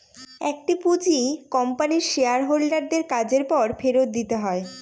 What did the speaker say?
একটি পুঁজি কোম্পানির শেয়ার হোল্ডার দের কাজের পর ফেরত দিতে হয়